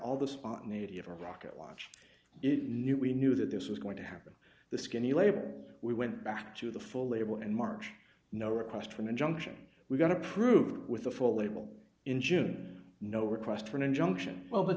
all the spontaneity of a rocket launch it knew we knew that this was going to happen the skinny labor we went back to the full label in march no request for an injunction we got approved with a full label in june no request for an injunction